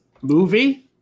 movie